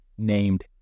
named